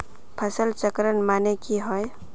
फसल चक्रण माने की होय?